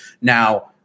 Now